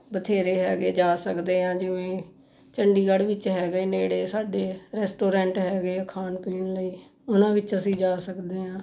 ਬਥੇਰੇ ਹੈਗੇ ਜਾ ਸਕਦੇ ਹਾਂ ਜਿਵੇਂ ਚੰਡੀਗੜ੍ਹ ਵਿੱਚ ਹੈਗੇ ਨੇੜੇ ਸਾਡੇ ਰੈਸਟੋਰੈਂਟ ਹੈਗੇ ਹੈ ਖਾਣ ਪੀਣ ਲਈ ਉਨ੍ਹਾਂ ਵਿੱਚ ਅਸੀਂ ਜਾ ਸਕਦੇ ਹਾਂ